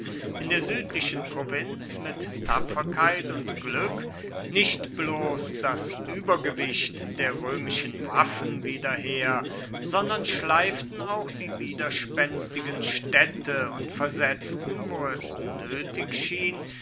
in der südlichen provinz mit tapferkeit und glück nicht bloß das obergewicht der römischen waffen wieder her sondern schleiften auch die wiederspenstigen städte und versetzten wo es nötig schien